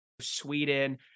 Sweden